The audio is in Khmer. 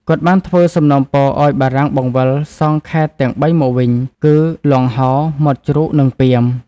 គាត់បានធ្វើសំណូមពរឱ្យបារាំងបង្វិលសងខេត្តទាំងបីមកវិញ គឺលង់ហោរ មាត់ជ្រូក និងពាម។